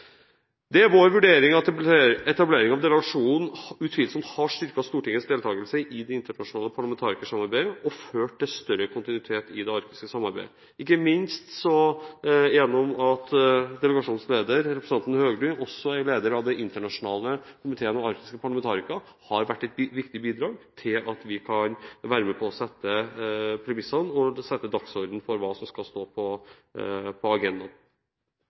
Det er vår vurdering at etableringen av delegasjonen utvilsomt har styrket Stortingets deltakelse i det internasjonale parlamentarikersamarbeidet og ført til større kontinuitet i det arktiske samarbeidet – ikke minst at delegasjonens leder, representanten Høglund, også er leder av den internasjonale komiteen for arktiske parlamentarikere har vært et viktig bidrag til at vi kan være med på å sette premissene – sette dagsordenen – for hva som skal stå på agendaen.